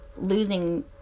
losing